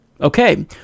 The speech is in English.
Okay